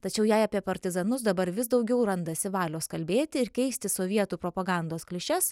tačiau jei apie partizanus dabar vis daugiau randasi valios kalbėti ir keisti sovietų propagandos klišes